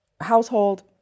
household